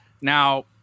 Now